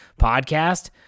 podcast